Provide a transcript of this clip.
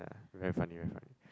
yeah very funny very funny